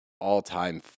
all-time